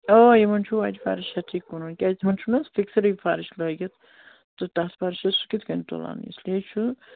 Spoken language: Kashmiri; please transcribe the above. آ یِمَن چھُو اَتہِ فرش ہیٚتھٕے کُنُن کیٛازِ تِمن چھُنہٕ حظ فِکسَرٕے فرٕش لٲگِتھ تہٕ تَتھ فَرشَس کِتھ کَنۍ تُلان اِس لیے چھُ